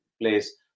place